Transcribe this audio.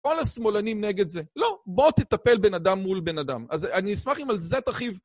כל השמאלנים נגד זה. לא, בוא תטפל בן אדם מול בן אדם. אז אני אשמח אם על זה תרחיב